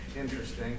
interesting